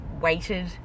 weighted